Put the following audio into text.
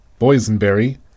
Boysenberry